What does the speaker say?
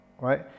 Right